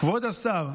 כבוד השר,